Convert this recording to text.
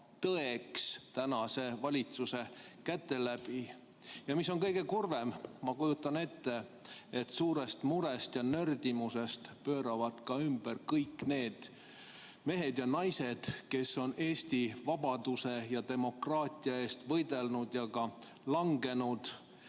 tõeks tänase valitsuse käe läbi. Ja kõige kurvem, ma kujutan ette, on see, et suurest murest ja nördimusest pööravad ümber ka kõik need mehed ja naised, kes on Eesti vabaduse ja demokraatia eest võidelnud ja langenud.